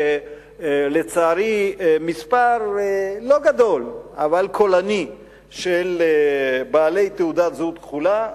ולצערי מספר לא גדול אבל קולני של בעלי תעודת זהות כחולה,